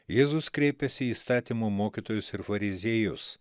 jėzus kreipėsi į įstatymo mokytojus ir fariziejus